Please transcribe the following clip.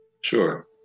Sure